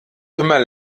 immer